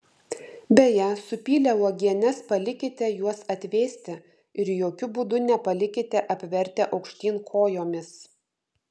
beje supylę uogienes palikite juos atvėsti ir jokiu būdu nepalikite apvertę aukštyn kojomis